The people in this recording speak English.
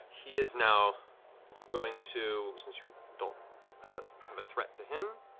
he is now going to, since you don't have a um threat to him,